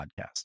podcast